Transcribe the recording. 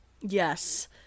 Yes